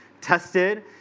tested